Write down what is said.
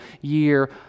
year